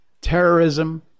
terrorism